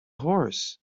horse